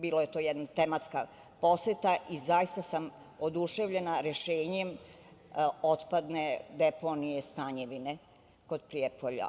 Bila je to jedna tematska poseta i zaista sam oduševljena rešenjem otpadne deponije Stanjevine kod Prijepolja.